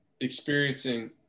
experiencing